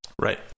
Right